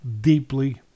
deeply